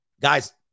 guys